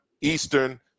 Eastern